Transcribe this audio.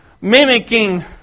mimicking